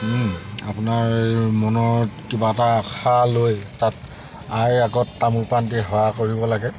আপোনাৰ মনত কিবা এটা আশা লৈ তাত আইৰ আগত তামোল পাণ দি সেৱা কৰিব লাগে